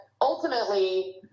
ultimately